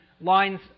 lines